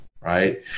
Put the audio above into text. right